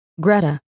Greta